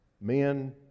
Men